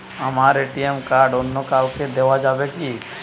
আমার ATM card অন্য কাউকে দেওয়া যাবে কি?